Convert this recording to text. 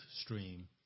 stream